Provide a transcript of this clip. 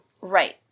Right